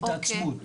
התעצמות.